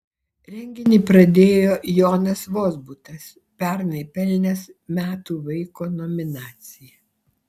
renginį pradėjo jonas vozbutas pernai pelnęs metų vaiko nominaciją